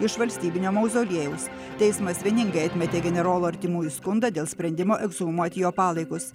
iš valstybinio mauzoliejaus teismas vieningai atmetė generolo artimųjų skundą dėl sprendimo ekshumuoti jo palaikus